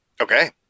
Okay